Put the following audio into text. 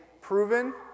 proven